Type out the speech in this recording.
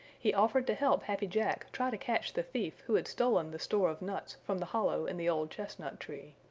he offered to help happy jack try to catch the thief who had stolen the store of nuts from the hollow in the old chestnut tree.